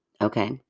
Okay